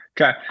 Okay